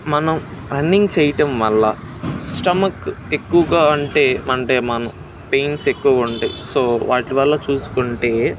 మనం రన్నింగ్ చెయ్యడం వల్ల స్టమక్ ఎక్కువగా అంటే మనం పెయిన్స్ ఎక్కువ ఉంటాయి సో వాటి వల్ల చూసుకుంటే